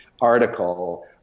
article